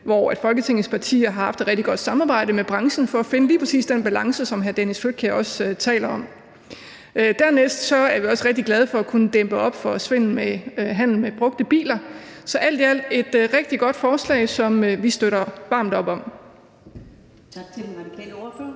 at Folketingets partier har haft et rigtig godt samarbejde med branchen for at finde lige præcis den balance, som hr. Dennis Flydtkjær også taler om. Dernæst er vi også rigtig glade for at kunne dæmme op for svindel med handel af brugte biler. Så alt i alt et rigtig godt forslag, som vi støtter varmt op om. Kl. 12:00 Første